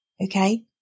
Okay